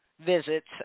visits